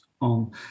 on